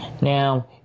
now